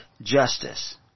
justice